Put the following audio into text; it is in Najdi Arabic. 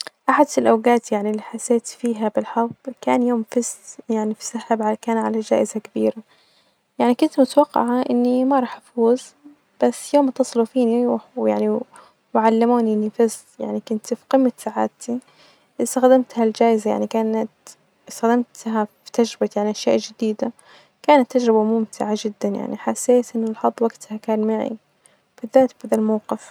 أحد الأوجات يعني اللي حسيت فيها بالحظ، كان يوم فس- يعني فسحب كان علي جائزة كبيرة يعني كنت متوقعة إني ما راح أفوز بس يوم إتصلوا فيني و وعلموني إني فزت يعني كنت في قمة سعادتي، إستخدمت ها الجائزة يعني كانت، إستخدمها يعني في تجربة أشياء جديدة.كانت تجربة ممتعة جدا يعني حسيت إن الحظ وجتها كان معي بالذات ها الموجف.